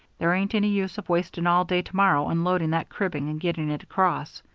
there ain't any use of wasting all day to-morrow unloading that cribbing and getting it across.